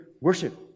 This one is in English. worship